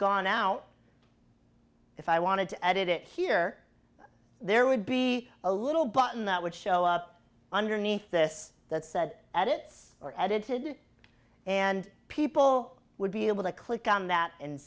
gone now if i wanted to edit it here there would be a little button that would show up underneath this that said at it or edited it and people would be able to click on that and